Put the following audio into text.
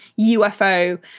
UFO